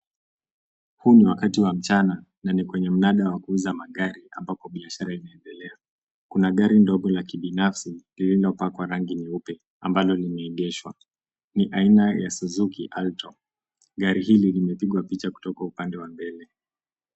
Huu ni wakati wa mchana na ni kwenye mnada wa kuuza magari ambako biashara inaendelea. Kuna gari ndogo la kibinafsi lililopakwa rangi nyeupe ambalo limeegeshwa. Ni aina ya Suzuki Alto. Gari hili limepigwa picha kutoka upande wa mbele.